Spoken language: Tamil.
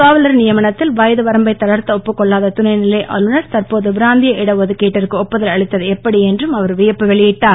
காவலர் நியமனத்தில் வயதுவரம்பை தளர்தத ஒப்புக்கொள்ளாத துணைநிலை ஆளுனர் தற்போது பிராந்திய இடஒதுக்கீட்டிற்கு ஒப்புதல் அளித்தது எப்படி என்றும் அவர் வியப்பு வெளியிட்டார்